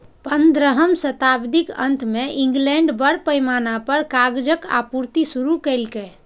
पंद्रहम शताब्दीक अंत मे इंग्लैंड बड़ पैमाना पर कागजक आपूर्ति शुरू केलकै